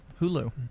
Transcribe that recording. Hulu